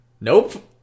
nope